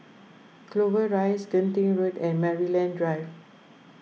Clover Rise Genting Road and Maryland Drive